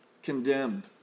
condemned